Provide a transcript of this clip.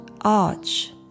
arch